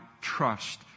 trust